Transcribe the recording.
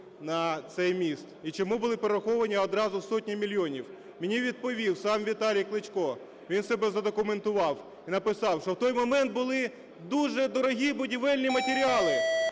на цей міст і чому були перераховані одразу сотні мільйонів, мені відповів сам Віталій Кличко. Він в себе задокументував і написав, що в той момент були дуже дорогі будівельні матеріали.